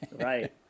right